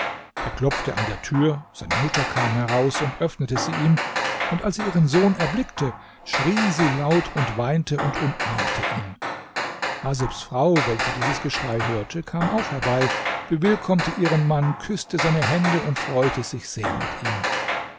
er klopfte an der tür seine mutter kam heraus und öffnete sie ihm und als sie ihren sohn erblickte schrie sie laut und weinte und umarmte ihn hasebs frau welche dieses geschrei hörte kam auch herbei bewillkommte ihren mann küßte seine hände und freute sich sehr mit ihm